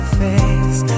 face